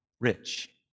rich